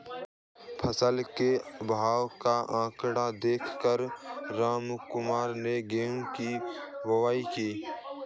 फसल के भाव के आंकड़े देख कर रामकुमार ने गेहूं की बुवाई की